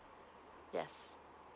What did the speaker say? yes